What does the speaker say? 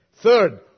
Third